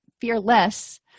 fearless